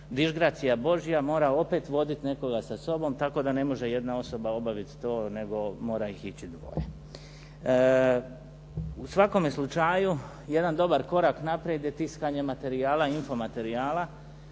ne razumije./… Božja mora opet voditi nekoga sa sobom tako da ne može jedna osoba obaviti to nego mora ih ići dvoje. U svakome slučaju jedan dobar korak naprijed je tiskanje materijala, info materijala